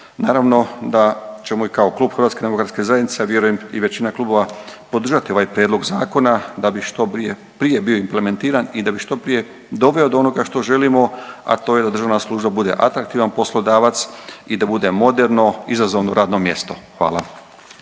naravno da ćemo i kao Klub HDZ-a, a vjerujem i većina klubova podržati ovaj prijedlog zakona da bi što prije bio implementiran i da bi što prije doveo do onoga što želimo, a to je da državna služba bude atraktivan poslodavac i da bude moderno, izazovno radno mjesto. Hvala.